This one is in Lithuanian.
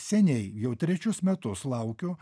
seniai jau trečius metus laukiu